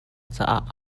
caah